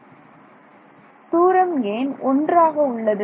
மாணவர் தூரம் ஏன் 1 ஆக உள்ளது